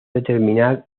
determinar